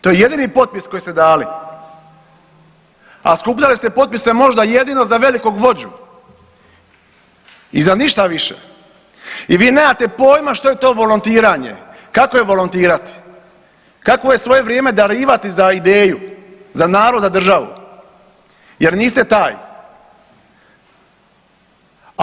To je jedini potpis koji ste dali, a skupljali ste potpise možda jedino za velikog vođu i za ništa više i vi nemate pojma što je to volontiranje, kako je volontirati, kakvo je svoje vrijeme darivati za ideju, za narod, za državu jer niste taj.